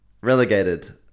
Relegated